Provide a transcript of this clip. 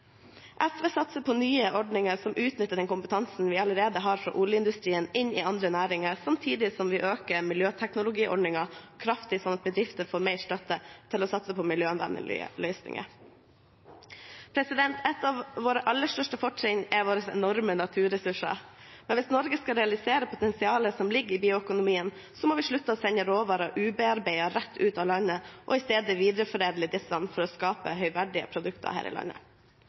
SV satser på nye ordninger som utnytter den kompetansen vi allerede har fra oljeindustrien inn i andre næringer, samtidig som vi øker miljøteknologiordningen kraftig, sånn at bedrifter får mer støtte til å satse på miljøvennlige løsninger. Et av våre aller største fortrinn er våre enorme naturressurser. Men hvis Norge skal realisere potensialet som ligger i bioøkonomien, må vi slutte å sende råvarene ubearbeidet rett ut av landet og i stedet videreforedle disse for å skape høyverdige produkter her i landet.